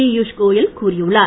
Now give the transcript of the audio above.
பீயஷ் கோயல் கூறியுள்ளார்